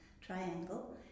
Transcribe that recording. triangle